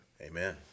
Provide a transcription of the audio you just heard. Amen